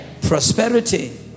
Prosperity